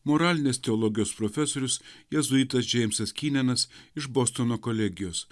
moralinės teologijos profesorius jėzuitas džeimsas kynenas iš bostono kolegijos